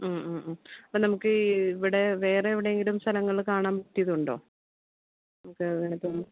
ഉം ഉം ഉം അപ്പോൾ നമുക്കിവിടെ വേറെ എവിടെയെങ്കിലും സ്ഥലങ്ങൾ കാണാൻ പറ്റിയതുണ്ടോ ഇവിടെ അടുത്തെങ്ങാനും